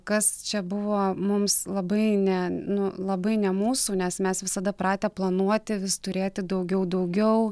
kas čia buvo mums labai ne nu labai ne mūsų nes mes visada pratę planuoti vis turėti daugiau daugiau